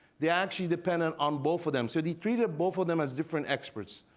they actually depended on both of them. so they treated both of them as different experts.